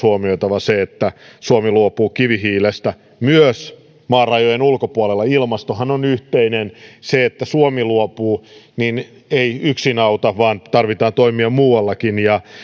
huomioitava myös se että suomi luopuu kivihiilestä myös maan rajojen ulkopuolella ilmastohan on yhteinen se että suomi luopuu ei yksin auta vaan tarvitaan toimia muuallakin ja